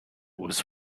was